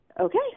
Okay